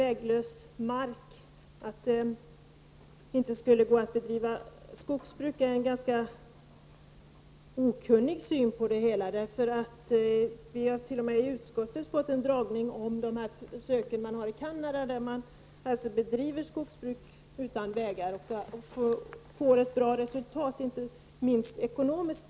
Påståendet att det inte skulle gå att bedriva skogsbruk på väglös mark tycker jag vittnar om en ganska okunnig syn på det hela. Vi har t.o.m. i utskottet fått en föredragning om försöken som görs i Kanada, där man bedriver skogsbruk utan vägar och får ett bra resultat, inte minst ekonomiskt.